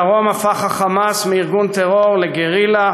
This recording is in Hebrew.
בדרום הפך "חמאס" מארגון טרור לארגון גרילה